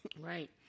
Right